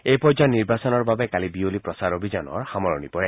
এই পৰ্যায়ৰ নিৰ্বাচনৰ বাবে কালি বিয়লি প্ৰচাৰ অভিযানৰ সামৰণি পৰে